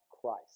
Christ